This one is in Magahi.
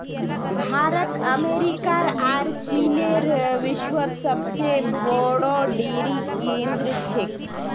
भारत अमेरिकार आर चीनेर विश्वत सबसे बोरो डेरी केंद्र छेक